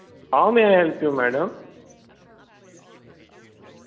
how may I help you madam